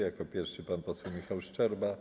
Jako pierwszy pan poseł Michał Szczerba.